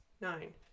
nine